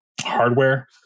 hardware